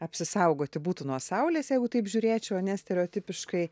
apsisaugoti būtų nuo saulės jeigu taip žiūrėčiau ane stereotipiškai